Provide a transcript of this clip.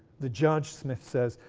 the judge, smith says,